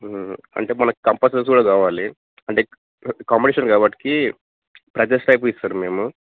అంటే మనకి కంపససు కూడా కావాలి అంటే కాంపిటీషన్ కాబట్టికి అడ్రస్కి అయితే ఇస్తారా మేము